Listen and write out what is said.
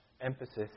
emphasis